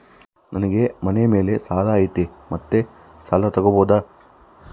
ನನಗೆ ಮನೆ ಮೇಲೆ ಸಾಲ ಐತಿ ಮತ್ತೆ ಸಾಲ ತಗಬೋದ?